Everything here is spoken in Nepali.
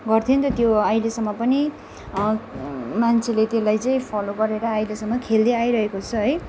गर्थ्यो नि त त्यो अहिलेसम्म पनि मान्छेले त्यसलाई चाहिँ फलो गरेर अहिलेसम्म खेल्दै आइरहेको छ है